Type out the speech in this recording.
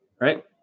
Right